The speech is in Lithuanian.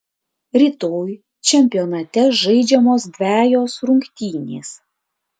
rytoj čempionate žaidžiamos dvejos rungtynės